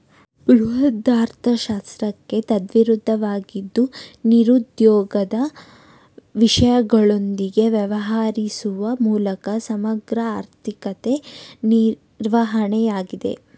ಬೃಹದರ್ಥಶಾಸ್ತ್ರಕ್ಕೆ ತದ್ವಿರುದ್ಧವಾಗಿದ್ದು ನಿರುದ್ಯೋಗದ ವಿಷಯಗಳೊಂದಿಗೆ ವ್ಯವಹರಿಸುವ ಮೂಲಕ ಸಮಗ್ರ ಆರ್ಥಿಕತೆ ನಿರ್ವಹಣೆಯಾಗಿದೆ